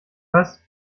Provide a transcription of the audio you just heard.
was